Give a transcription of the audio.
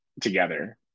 together